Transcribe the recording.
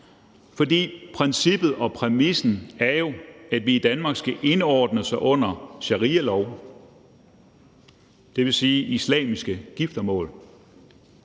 For princippet og præmissen er jo, at vi i Danmark skal indordne os under sharialov, dvs. islamiske giftermål,